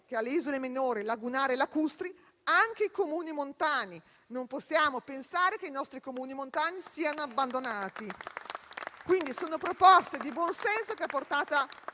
che alle isole minori, lagunari e lacustri, anche ai Comuni montani. Non possiamo pensare che i nostri Comuni montani siano abbandonati. Sono proposte di buon senso che ha portato